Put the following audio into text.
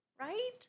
right